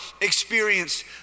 experienced